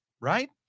right